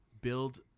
build